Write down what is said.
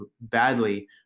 badly